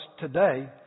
today